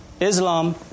Islam